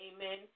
amen